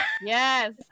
Yes